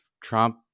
Trump